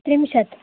त्रिंशत्